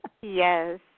Yes